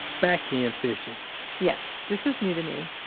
backend fishing yes. this was new to me